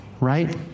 right